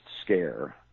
scare